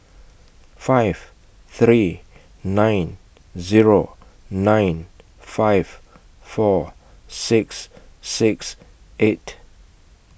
five three nine Zero nine five four six six eight